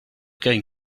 going